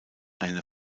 eine